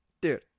dude